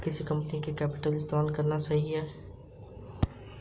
किस कंपनी का कल्टीपैकर इस्तेमाल करना सही होगा?